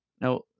now